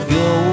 go